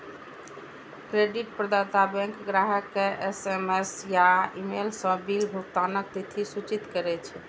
credit प्रदाता bank ग्राहक कें एस.एम.एस या ईमेल सं बिल भुगतानक तिथि सूचित करै छै